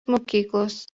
mokyklos